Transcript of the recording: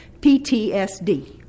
PTSD